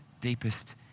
deepest